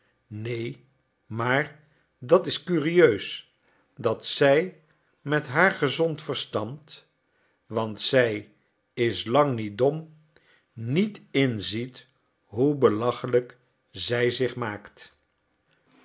neen maar dat is curieus dat zij met haar gezond verstand want zij is lang niet dom niet inziet hoe belachelijk zij zich maakt